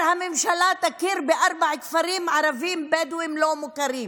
הממשלה תכיר בארבעה כפרים ערביים בדואיים לא מוכרים,